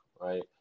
right